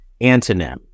antonym